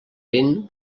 vent